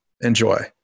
Enjoy